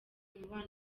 umubano